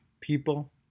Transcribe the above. people